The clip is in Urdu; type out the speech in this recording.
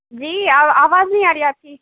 جی آو آواز نہیں آ رہی ہے آپ کی